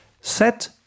set